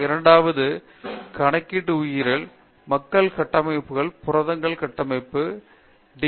இரண்டாவதாக கணக்கீட்டு உயிரியல் மக்கள் கட்டமைப்புகள் புரதங்களின் கட்டமைப்பு டி